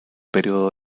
período